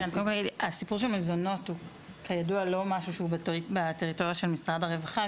הסיפור של מזונות הוא כידוע לא משהו שהוא בטריטוריה של משרד הרווחה,